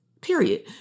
period